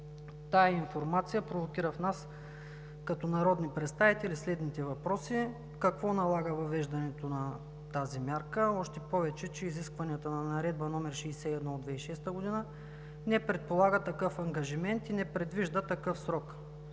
Тази информация провокира в нас като народни представители следните въпроси: какво налага въвеждането на тази мярка, още повече че изискванията на Наредба № 61 от 2006 г. не предполага такъв ангажимент и не предвижда такъв срок?